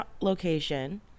location